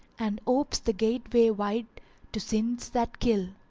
and opes the gateway wide to sins that kill.